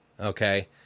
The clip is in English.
okay